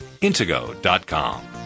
intego.com